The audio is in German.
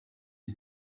die